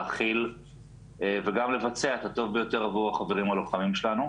להכיל וגם לבצע את הטוב ביותר עבור החברים הלוחמים שלנו.